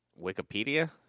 Wikipedia